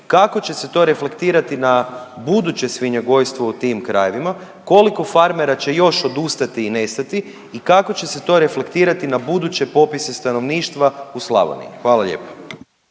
kako će se to reflektirati na buduće svinjogojstvo u tim krajevima, koliko farmera će još odustati i nestati i kako će se to reflektirati na buduće popise stanovništva u Slavoniji? Hvala lijepo.